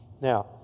Now